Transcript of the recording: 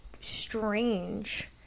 strange